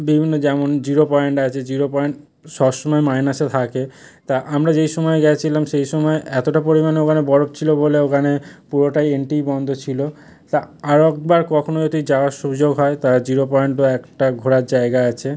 বিভিন্ন যেমন zero point আছে জিরো পয়েন্ট সবসময় মাইনাসে থাকে তা আমরা যেই সময় গিয়েছিলাম সেই সময় এতটা পরিমাণে ওখানে বরফ ছিল বলে ওখানে পুরোটাই এন্ট্রি বন্ধ ছিল তা আরও একবার কখনও যদি যাওয়ার সুযোগ হয় তা জিরো পয়েন্টও একটা ঘোরার জায়গা আছে